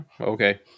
Okay